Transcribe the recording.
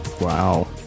Wow